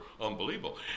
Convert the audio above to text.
unbelievable